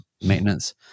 maintenance